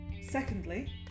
Secondly